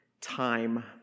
time